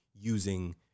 using